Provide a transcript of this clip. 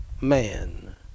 man